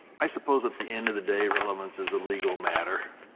i suppose at the end of the day, relevance is a legal matter.